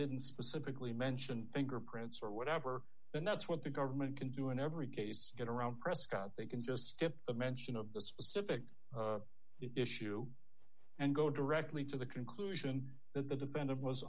didn't specifically mention thinker prints or whatever and that's what the government can do in every case get around prescott they can just skip a mention of the specific issue and go directly to the conclusion that the defendant was